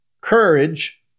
courage